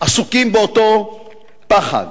עסוקים באותו פחד.